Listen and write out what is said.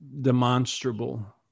demonstrable